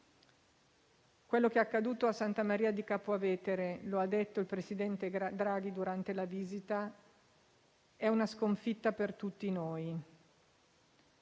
Quello che è accaduto a Santa Maria di Capua Vetere - lo ha detto il presidente Draghi durante la visita - è una sconfitta per tutti noi.